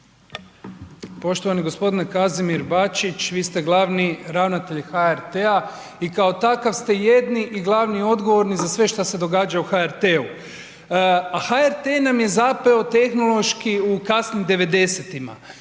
Poštovani g. Kazimir Bačić, vi ste glavni ravnatelj HRT-a i kao takav ste jedini i glavni i odgovorni za sve šta se događa u HRT-u, a HRT nam je zapeo tehnološki u kasnim '90.-tima